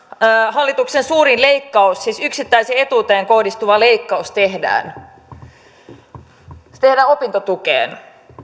hallituksen suurin leikkaus siis yksittäiseen etuuteen kohdistuva leikkaus tehdään se tehdään opintotukeen